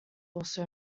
also